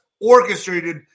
orchestrated